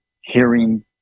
hearing